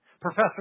Professor